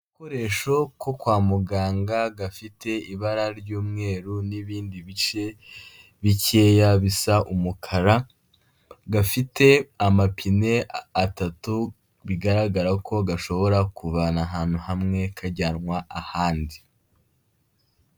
Agakoresho ko kwa muganga gafite ibara ry'umweru n'ibindi bice bikeya bisa umukara, gafite amapine atatu bigaragara ko gashobora kuvanwa ahantu hamwe kajyanwa ahandi.